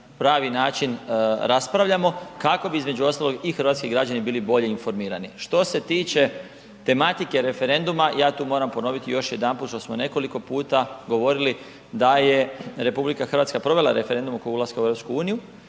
pravi način raspravljamo kako bi između ostalog i hrvatski građani bili bolje informirani. Što se tiče tematike referenduma, ja tu moram ponoviti još jedanput što smo nekoliko puta govorili da je RH provela referendum oko ulaska u EU, on je